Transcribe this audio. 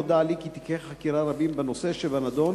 נודע לי כי תיקי חקירה רבים בנושא שבנדון